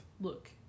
Look